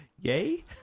Yay